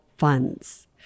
funds